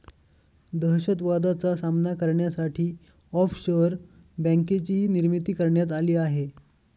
दहशतवादाचा सामना करण्यासाठी ऑफशोअर बँकेचीही निर्मिती करण्यात आली आहे